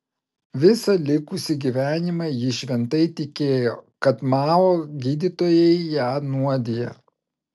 visą likusį gyvenimą ji šventai tikėjo kad mao gydytojai ją nuodija